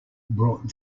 brought